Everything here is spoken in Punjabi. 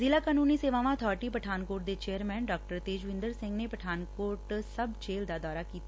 ਜ਼ਿਲ੍ਹਾ ਕਾਨੂੰਨੀ ਸੇਵਾਵਾਂ ਅਬਾਰਟੀ ਪਠਾਨਕੋਟ ਦੇ ਚੇਅਰਮੈਨ ਡਾ ਤੇਜਵਿੰਦਰ ਸਿੰਘ ਨੇ ਪਠਾਨਕੋਟ ਸਬ ਜੇਲ੍ਹ ਦਾ ਦੌਰਾ ਕੀਤਾ